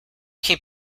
keep